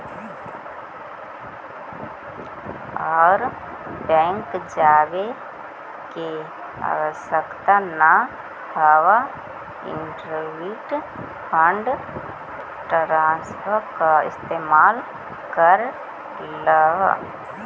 आर bank जावे के आवश्यकता न हवअ इलेक्ट्रॉनिक फंड ट्रांसफर का इस्तेमाल कर लअ